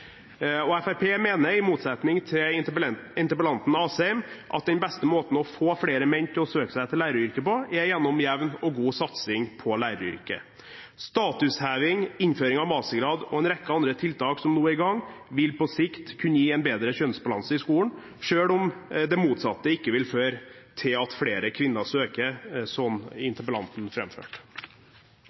og Fremskrittspartiet mener – i motsetning til interpellanten Asheim – at den beste måten å få flere menn til å søke seg til læreryrket på, er gjennom jevn og god satsing på læreryrket. Statusheving, innføring av mastergrad og en rekke andre tiltak som nå er i gang, vil på sikt kunne gi en bedre kjønnsbalanse i skolen, selv om det motsatte ikke vil føre til at flere kvinner søker, som interpellanten